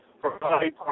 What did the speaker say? provide